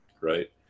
right